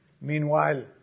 Meanwhile